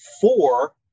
four